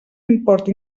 import